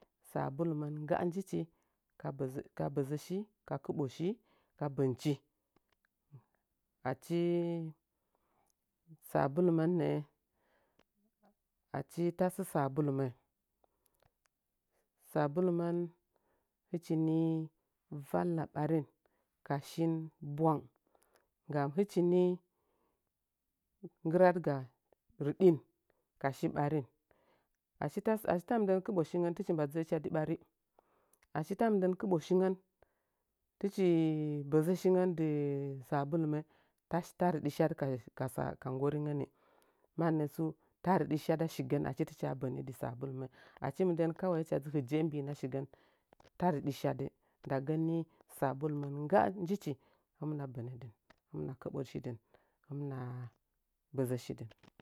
Sabulumən ngga njichi ka ɓəzəka bəzə shi, ka kəɓoshi, ka bənchi achii sabulu mən nə’ə achi tasə sabulumə sabulumən hɨchi nii valla ɓarin kashin ɓwang nggami hɨchinii ngiradga rɨdin kashin ɓarin achi tasə achi ta mɨndən kɨɓo shingh tichi mba dzə’əchi adi ɓari achi ta mɨndən kɨɓoshingən, tɨchi bəzə shingən dɨɨ sabulunə tashi – taridi shadɨ ka shi – ka sab-ka nggoringənnɨ, manətsu ta rɨdi shadɨ ashigənni achi ttcha bəni dɨ sabulumə, achi mɨndən kawai hɨcha dzi hɨjə’a mbi’inəa shigən ta rɨdi shadɨ nda gənni sabulumə ngga njichi hemna bənə din hɨmn kəɓoshi dɨn hinəg bazəshi dɨn.